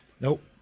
Nope